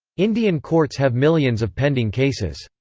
indian courts have millions of pending cases.